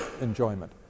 enjoyment